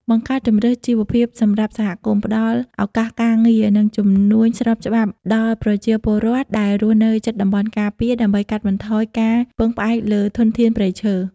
បង្កើតជម្រើសជីវភាពសម្រាប់សហគមន៍ ផ្ដល់ឱកាសការងារ និងជំនួញស្របច្បាប់ដល់ប្រជាពលរដ្ឋដែលរស់នៅជិតតំបន់ការពារ ដើម្បីកាត់បន្ថយការពឹងផ្អែកលើធនធានព្រៃឈើ។